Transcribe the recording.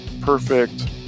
perfect